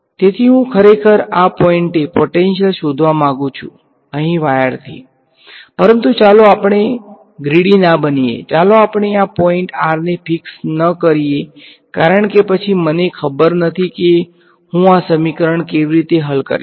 તેથી હું ખરેખર આ પોઇંટએ પોટેંશીયલ શોધવા માંગુ છુ અહીં વાયરથી પરંતુ ચાલો આપણે ગ્રીડી ના બનીએ ચાલો આપણે આ પોઈંટ r ને ફીક્સ ન કરીએ કારણ કે પછી મને ખબર નથી કે હું આ સમીકરણ કેવી રીતે હલ કરીશ